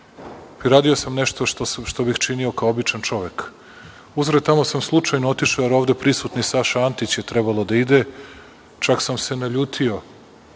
Radio sam nešto što bih činio kao običan čovek. Uzgred, tamo sam slučajno otišao, a ovde prisutni Saša Antić je trebalo da ide, čak sam se naljutio